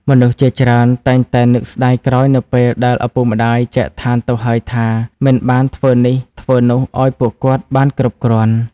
មនុស្សជាច្រើនតែងតែនឹកស្តាយក្រោយនៅពេលដែលឪពុកម្តាយចែកឋានទៅហើយថា មិនបានធ្វើនេះធ្វើនោះឲ្យពួកគាត់បានគ្រប់គ្រាន់។